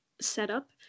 setup